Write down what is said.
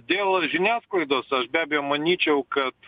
dėl žiniasklaidos aš be abejo manyčiau kad